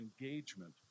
engagement